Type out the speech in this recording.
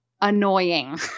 annoying